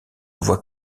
voit